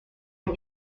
est